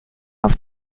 auf